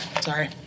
Sorry